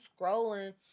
scrolling